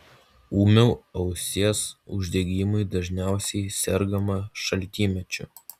ūmiu ausies uždegimu dažniausiai sergama šaltymečiu